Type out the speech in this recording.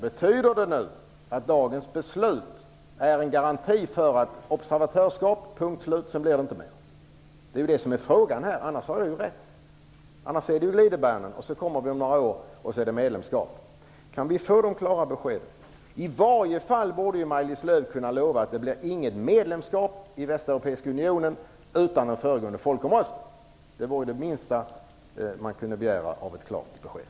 Betyder det att dagens beslut är en garanti för att det är fråga om observatörskap - punkt och slut, sedan blir det inte mer? Om det inte är så har jag ju rätt, och då är det ett medlemskap om några år. Kan vi få det klara beskedet? I varje fall borde ju Maj-Lis Lööw kunna lova att det inte blir något medlemskap i Västeuropeiska unionen utan en föregående folkomröstning. Det är väl det minsta man borde kunna begära när det gäller klara besked.